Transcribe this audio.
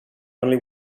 only